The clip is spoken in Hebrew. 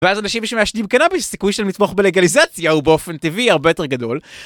‫ואז אנשים שמעשנים קנאביס הסיכוי שלהם לתמוך בלגליזציה ‫הוא באופן טבעי הרבה יותר גדול.